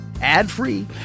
ad-free